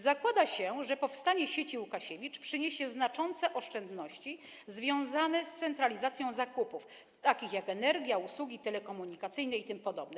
Zakłada się, że powstanie sieci Łukasiewicz przyniesie znaczące oszczędności związane z centralizacją zakupów, takich jak energia, usługi telekomunikacyjne itp.